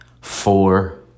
four